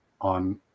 on